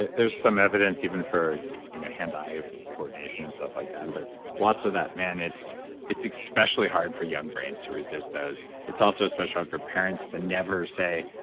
there's some evidence even for hand eye coordination and stuff like that. but lots of that man, it's it's especially hard for young brains to resist those. it's also especially hard for parents to never say,